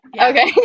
okay